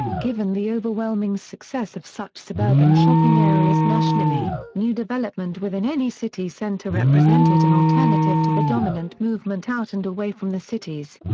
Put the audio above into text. given the overwhelming success of such suburban shopping areas nationally, new development within any city center represented an alternative to the dominant movement out and away from the cities.